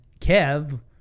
Kev